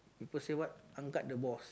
people say what angkat the boss